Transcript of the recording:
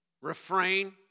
Refrain